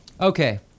Okay